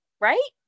Right